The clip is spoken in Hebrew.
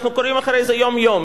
ואנחנו קוראים אחרי זה יום-יום.